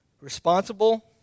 responsible